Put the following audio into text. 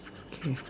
okay